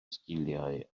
sgiliau